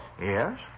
Yes